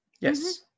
Yes